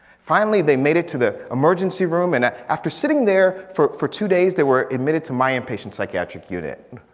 finally they made it to the emergency room and after sitting there for for two days, they were admitted to my and patient psychiatric unit.